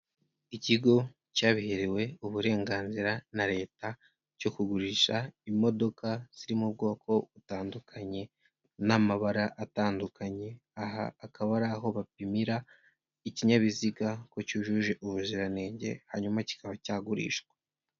Ikigo cyabiherewe uburenganzira na leta cyo kugurisha imodoka ziri mu bwoko butandukanye n'amabara atandukanye, aha akaba ari aho bapimira ikinyabiziga ko cyujuje ubuziranenge hanyuma kikaba cyagurishwa.